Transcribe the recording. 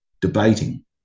debating